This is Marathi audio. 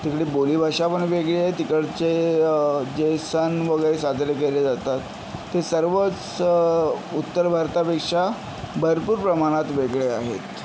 तिकडे बोली भाषा पण वेगळी आहे तिकडचे जे सण वगैरे साजरे केले जातात ते सर्वच उत्तर भारतापेक्षा भरपूर प्रमाणात वेगळे आहेत